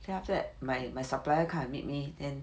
then after that my my supplier come and meet me then